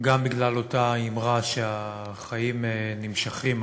גם בגלל אותה אמרה שהחיים נמשכים.